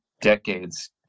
decades